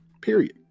period